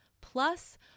plus